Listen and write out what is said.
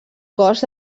cost